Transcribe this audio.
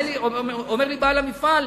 אומר לי בעל המפעל: